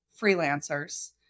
freelancers